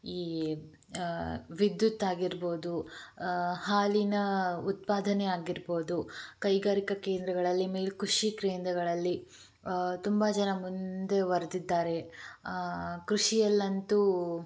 ಈ ವಿದ್ಯುತ್ ಆಗಿರ್ಬೋದು ಹಾಲಿನ ಉತ್ಪಾದನೆ ಆಗಿರ್ಬೋದು ಕೈಗಾರಿಕ ಕೇಂದ್ರಗಳಲ್ಲಿ ಮೇಯ್ನ್ ಕೃಷಿ ಕೇಂದ್ರಗಳಲ್ಲಿ ತುಂಬ ಜನ ಮುಂದುವರೆದಿದ್ದಾರೆ ಕೃಷಿಯಲ್ಲಂತು